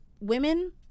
women